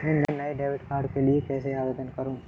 मैं नए debit card के लिए कैसे आवेदन करूं?